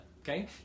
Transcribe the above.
okay